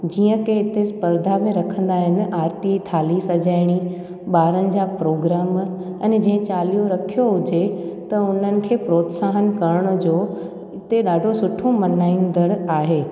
जीअं की हिते सप्रधा में रखंदा आहिनि आरिती जी थाली सॼाइणी ॿारनि जा प्रोग्राम अने जंहिं चालीहो रखियो हुजे त उन्हनि खे प्रोत्साहन करण जो हिते ॾाढो सुठो मल्हाईंदड़ आहे